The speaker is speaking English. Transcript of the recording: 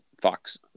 Fox